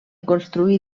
construir